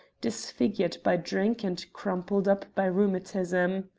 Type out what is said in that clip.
disfigured by drink and crumpled up by rheumatism.